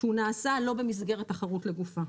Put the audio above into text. שהוא נעשה לא במסגרת תחרות לגופה.